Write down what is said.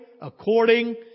according